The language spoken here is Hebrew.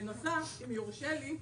בנוסף, אם יורשה לי,